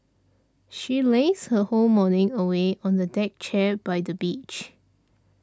she lazed her whole morning away on a deck chair by the beach